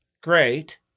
great